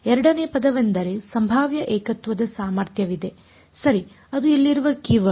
ಎರಡನೆಯ ಪದವೆಂದರೆ ಸಂಭಾವ್ಯ ಏಕತ್ವದ ಸಾಮರ್ಥ್ಯವಿದೆ ಸರಿ ಅದು ಇಲ್ಲಿರುವ ಕೀವರ್ಡ್